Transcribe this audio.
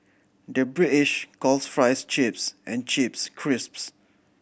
the British calls fries chips and chips crisps